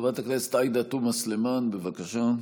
חברת הכנסת עאידה תומא סלימאן, בבקשה.